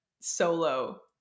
solo